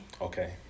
Okay